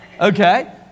Okay